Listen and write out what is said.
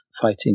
fighting